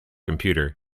computer